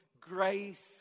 grace